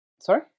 Sorry